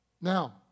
Now